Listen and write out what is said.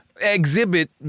exhibit